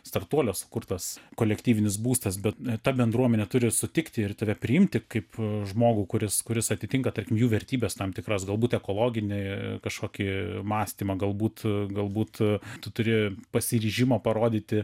startuolio sukurtas kolektyvinis būstas bet ta bendruomenė turi sutikti ir tave priimti kaip žmogų kuris kuris atitinka tarkim jų vertybės tam tikras galbūt ekologinį kažkokį mąstymą galbūt galbūt tu turi pasiryžimo parodyti